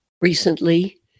recently